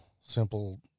simple